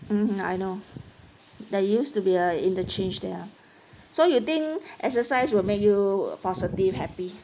mmhmm I know there used to be a interchange there ah so you think exercise will make you positive happy